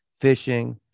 fishing